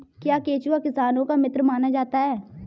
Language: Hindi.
क्या केंचुआ किसानों का मित्र माना जाता है?